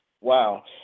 Wow